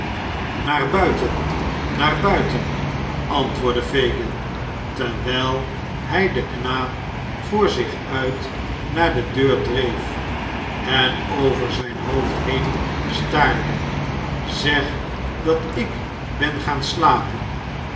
naar buiten naar buiten antwoordde fagin terwijl hij den knaap voor zich uit naar de deur dreef en over zijn hoofd heen staarde zeg dat ik ben gaan slapen